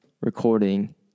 recording